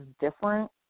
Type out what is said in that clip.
different